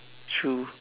true